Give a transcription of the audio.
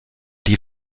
die